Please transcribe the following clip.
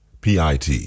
PIT